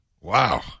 Wow